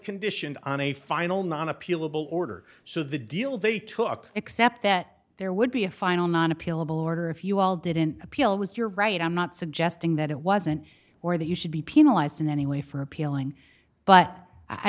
conditioned on a final not appealable order so the deal they took except that there would be a final not appealable order if you all didn't appeal was you're right i'm not suggesting that it wasn't or that you should be penalized in any way for appealing but i